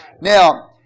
Now